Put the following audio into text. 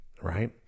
right